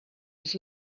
his